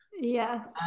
Yes